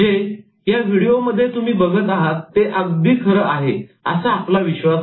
जे ह्या व्हिडिओमध्ये तुम्ही बघत आहात ते अगदी खरं आहे असा आपला विश्वास आहे